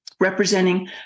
representing